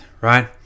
right